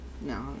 No